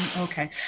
okay